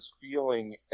feeling